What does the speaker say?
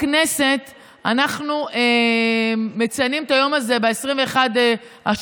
בכנסת אנחנו מציינים את היום הזה ב-21 ביוני,